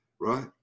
Right